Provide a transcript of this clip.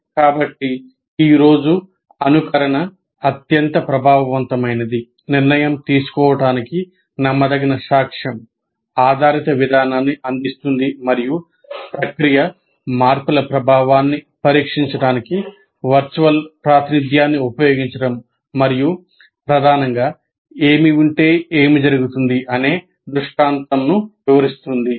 కాబట్టి ఈ రోజు అనుకరణ అత్యంత ప్రభావవంతమైనది నిర్ణయం తీసుకోవటానికి నమ్మదగిన సాక్ష్యం ఆధారిత విధానాన్ని అందిస్తుంది మరియు ప్రక్రియ మార్పుల ప్రభావాన్ని పరీక్షించడానికి వర్చువల్ ప్రాతినిధ్యాన్ని ఉపయోగించడం మరియు ప్రధానంగా 'ఏమి ఉంటే' ఏమి జరుగుతుంది అనే దృష్టాంతం వివరిస్తుంది